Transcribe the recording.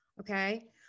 okay